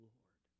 Lord